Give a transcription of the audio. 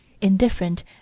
indifferent